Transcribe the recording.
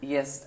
Yes